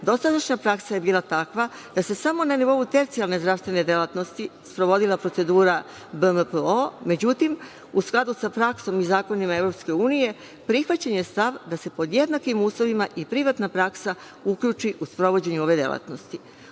Dosadašnja praksa je bila takva da se samo na nivou tercijalne zdravstvene delatnosti sprovodila procedura biomedicinski potpomognute oplodnje, međutim, u skladu sa praksom i zakonima EU, prihvaćen je stav da se pod jednakim uslovima i privatna praksa uključi u sprovođenje ove delatnosti.